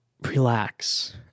relax